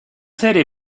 serie